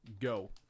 go